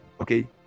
Okay